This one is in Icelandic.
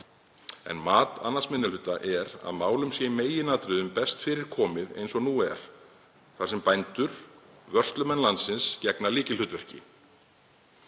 En mat 2. minni hluta er að málum sé í meginatriðum best fyrir komið eins og nú er, þar sem bændur, vörslumenn landsins, gegna lykilhlutverki,